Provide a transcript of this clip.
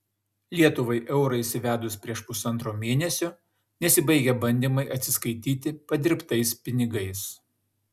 lietuvai eurą įsivedus prieš pusantro mėnesio nesibaigia bandymai atsiskaityti padirbtais pinigais